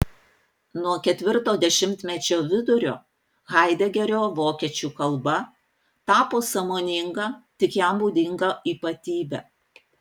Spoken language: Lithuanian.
nuo ketvirto dešimtmečio vidurio haidegerio vokiečių kalba tapo sąmoninga tik jam būdinga ypatybe